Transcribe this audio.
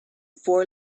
four